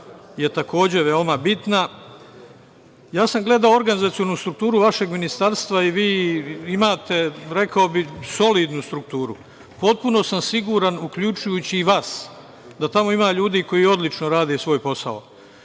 je takođe veoma bitna. Gledao sam organizacionu strukturu vašeg ministarstva i vi imate, rekao bih, solidnu strukturu. Potpuno sam siguran, uključujući i vas, da tamo ima ljudi koji odlično rade svoj posao.